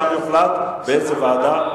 ושם יוחלט באיזה ועדה,